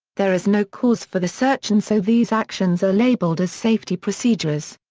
there is no cause for the search and so these actions are labeled as safety procedures.